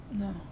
No